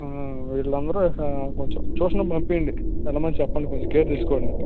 వీళ్ళందరూ కొంచం ట్యూషన్కి పంపీయండి వెళ్ళమని చెప్పండి కొంచం కేర్ తీసుకోండి